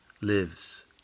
lives